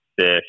fish